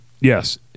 yes